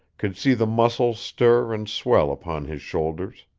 could see the muscles stir and swell upon his shoulders.